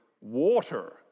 water